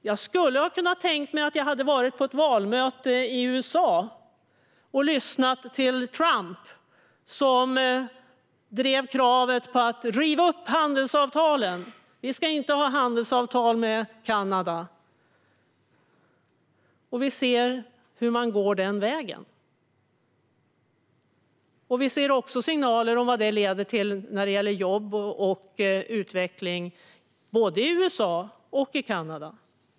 Jag skulle kunna tänka mig att jag var på ett valmöte i USA och lyssnade till Trump som drev kravet på att man skulle riva upp handelsavtalen: Vi ska inte ha handelsavtal med Kanada. Nu ser vi att man går den vägen. Vi ser också signaler om vad det leder till när det gäller jobb och utveckling både i USA och i Kanada.